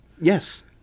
yes